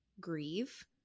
grieve